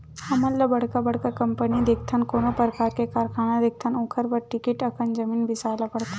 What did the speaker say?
हमन ह बड़का बड़का कंपनी देखथन, कोनो परकार के कारखाना देखथन ओखर बर बिकट अकन जमीन बिसाए ल परथे